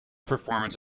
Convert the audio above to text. performance